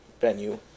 venue